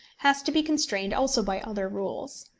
has to be constrained also by other rules.